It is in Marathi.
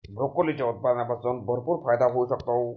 ब्रोकोलीच्या उत्पादनातून भरपूर फायदा होऊ शकतो